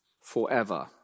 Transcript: forever